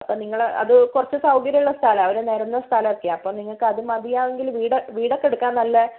അപ്പോൾ നിങ്ങൾ അത് കുറച്ച് സൗകര്യം ഉള്ള സ്ഥലമാണ് ഒരു നിരന്ന സ്ഥലം ഒക്കെയാണ് അപ്പോൾ നിങ്ങൾക്ക് അത് മതിയാവുമെങ്കിൽ വീട് വീടൊക്കെ എടുക്കാൻ നല്ല